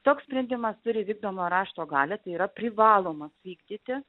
toks sprendimas turi vykdomo rašto galią tai yra privalomas vykdyti